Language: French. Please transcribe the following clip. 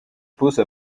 pose